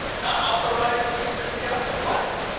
not authorized to discuss what?